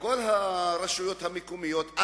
בכל הרשויות המקומיות,